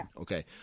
Okay